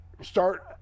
start